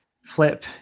flip